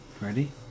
Ready